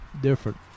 different